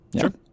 Sure